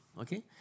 Okay